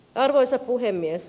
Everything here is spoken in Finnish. arvoisa puhemies